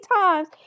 times